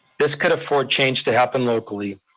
this could afford change to happen locally,